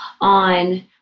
on